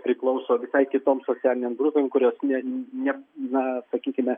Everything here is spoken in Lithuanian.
priklauso visai kitom socialinėm grupėm kurios ne ne na sakykime